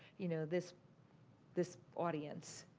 you know, this this audience.